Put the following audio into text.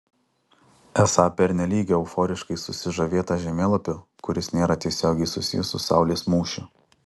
esą pernelyg euforiškai susižavėta žemėlapiu kuris nėra tiesiogiai susijęs su saulės mūšiu